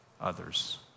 others